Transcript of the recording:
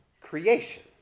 creation